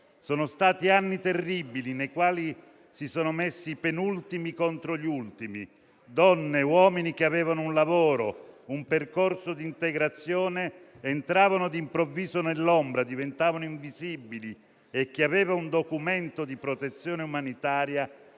Sono stati anni terribili, nei quali si sono messi i penultimi contro gli ultimi, donne e uomini che avevano un lavoro e un percorso di integrazione entravano d'improvviso nell'ombra, diventavano invisibili e chi aveva un documento di protezione umanitaria